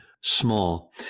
small